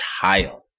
child